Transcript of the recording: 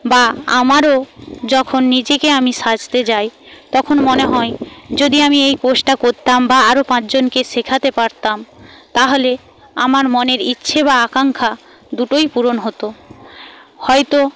বা আমারও যখন নিজেকে আমি সাজতে যাই তখন মনে হয় যদি আমি এই কোর্সটা করতাম বা আরও পাঁচজনকে শেখাতে পারতাম তাহলে আমার মনের ইচ্ছে বা আকাঙ্ক্ষা দুটোই পূরণ হতো হয়তো